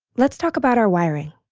let's talk about our wiring